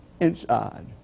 inside